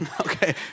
okay